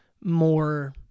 more